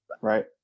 right